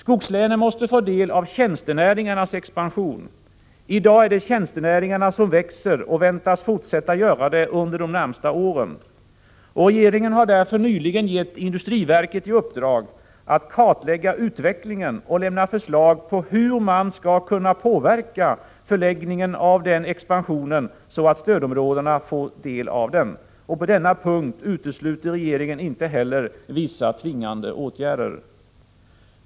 Skogslänen måste få del av tjänstenäringarnas expansion. I dag är det tjänstenäringarna som växer och väntas fortsätta att göra det under de närmaste åren. Regeringen har därför nyligen gett industriverket i uppdrag att kartlägga utvecklingen och lämna förslag på hur man skall kunna påverka förläggningen av den expansionen, så att stödområdena får del av den. På denna punkt utesluter regeringen inte heller vissa tvingande åtgärder.